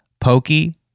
Pokey